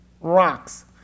rocks